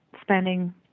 spending